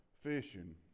fishing